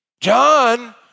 John